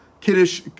kiddush